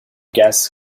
gas